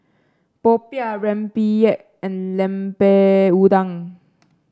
popiah rempeyek and Lemper Udang